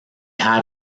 had